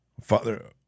Father